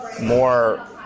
more